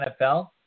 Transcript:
NFL